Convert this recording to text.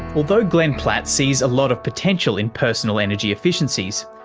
although glenn platt sees a lot of potential in personal energy efficiencies,